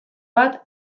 bat